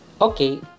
okay